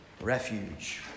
refuge